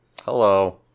Hello